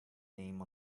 name